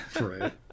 Right